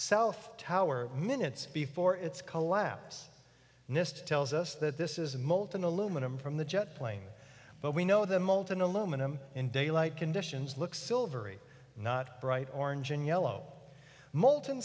south tower minutes before its collapse nist tells us that this is molten aluminum from the jet plane but we know the molten aluminum in daylight conditions looks silvery not bright orange and yellow molten